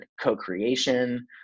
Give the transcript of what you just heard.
co-creation